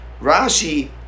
Rashi